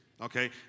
okay